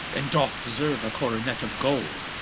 and doth deserue a coronet of gold